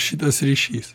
šitas ryšys